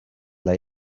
dla